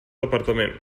departament